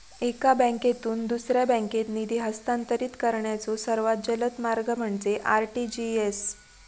एका बँकेतून दुसऱ्या बँकेत निधी हस्तांतरित करण्याचो सर्वात जलद मार्ग म्हणजे आर.टी.जी.एस